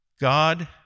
God